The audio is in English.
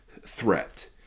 threat